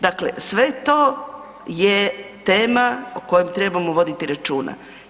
Dakle, sve to je tema o kojem trebamo voditi računa.